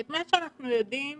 את מה שאנחנו יודעים